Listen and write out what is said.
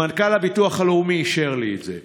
מנכ"ל הביטוח הלאומי אישר לי את זה.